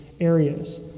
areas